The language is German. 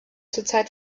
zurzeit